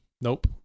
Nope